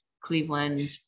Cleveland